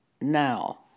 now